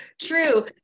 true